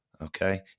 okay